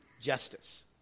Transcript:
Justice